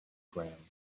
ground